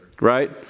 Right